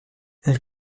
elle